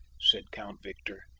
said count victor,